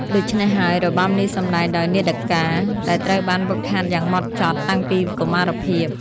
ដូច្នេះហើយ របាំនេះសម្ដែងដោយ នាដការ ដែលត្រូវបានហ្វឹកហាត់យ៉ាងហ្មត់ចត់តាំងពីកុមារភាព។